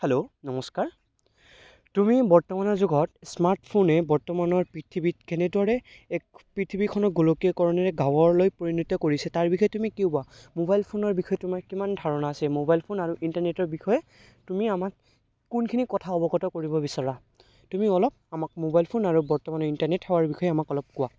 hello নমস্কাৰ তুমি বৰ্তমানৰ যুগত স্মাৰ্টফোনে বৰ্তমানৰ পৃথিৱীত কেনেদৰে এক পৃথিৱীখনক গোলকীয়কৰণেৰে গাৱঁলৈ পৰিণত কৰিছে তাৰ বিষয়ে তুমি কি ক'বা মোবাইল ফোনৰ বিষয়ে তোমাৰ কিমান ধাৰণা আছে মোবাইল ফোন আৰু ইণ্টাৰনেটৰ বিষয়ে তুমি আমাক কোনখিনি কথা অৱগত কৰিব বিচৰা তুমি অলপ আমাক মোবাইল ফোন আৰু বৰ্তমান ইণ্টাৰনেট সেৱাৰ বিষয়ে আমাক কোৱা